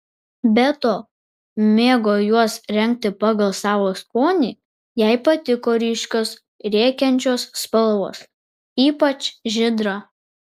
be to mėgo juos rengti pagal savo skonį jai patiko ryškios rėkiančios spalvos ypač žydra